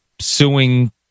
suing